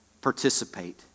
participate